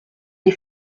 les